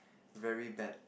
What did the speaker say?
very bad